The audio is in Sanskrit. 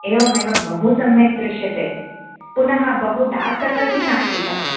एवम् एवं बहु सम्यक् दृश्यते पुनः बहु डार्क् कलर् अपि नास्ति तत्